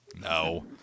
No